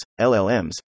LLMs